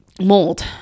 Mold